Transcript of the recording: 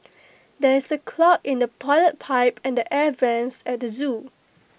there is A clog in the Toilet Pipe and the air Vents at the Zoo